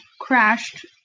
crashed